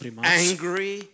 angry